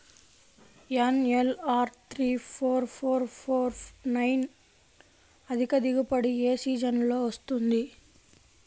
NLR three four four four nine అధిక దిగుబడి ఏ సీజన్లలో వస్తుంది?